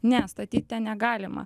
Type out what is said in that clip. ne statyt ten negalima